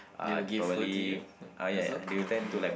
they will give food to you also okay